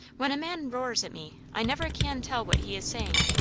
when a man roars at me, i never can tell what he is saying.